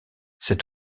cet